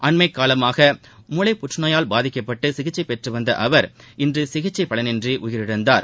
அண்மைக் காலமாக மூளைப் புற்றுநோயால் சிகிச்சை பெற்றுவந்த அவர் இன்று சிகிச்சை பலனின்றி உயிரிழந்தார்